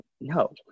no